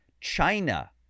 China